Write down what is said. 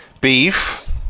beef